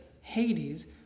Hades